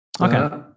Okay